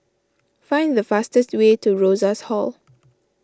find the fastest way to Rosas Hall